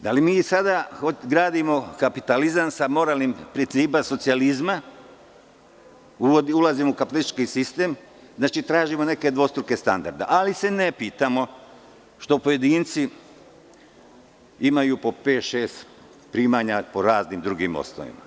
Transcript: Da li mi i sada gradimo kapitalizam sa moralnim principima socijalizma, ulazimo u kapitalistički sistem, tražimo neke dvostruke standarde, ali se ne pitamo što pojedinci imaju po pet, šest primanja po raznim drugim osnovima?